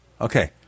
Okay